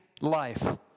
life